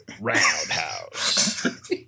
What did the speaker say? roundhouse